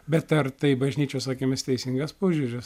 bet ar tai bažnyčios akimis teisingas požiūris